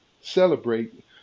celebrate